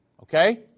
Okay